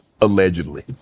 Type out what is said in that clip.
allegedly